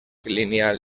lineal